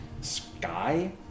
sky